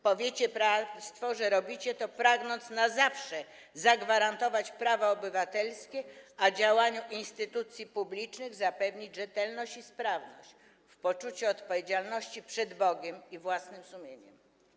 Powiecie państwo, że robicie to, pragnąc na zawsze zagwarantować prawa obywatelskie, a działaniu instytucji publicznych zapewnić rzetelność i sprawność, w poczuciu odpowiedzialności przed Bogiem i własnym sumieniem.